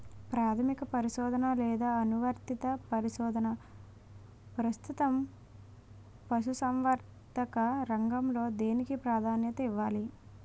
ప్రాథమిక పరిశోధన లేదా అనువర్తిత పరిశోధన? ప్రస్తుతం పశుసంవర్ధక రంగంలో దేనికి ప్రాధాన్యత ఇవ్వాలి?